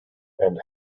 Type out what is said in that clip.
and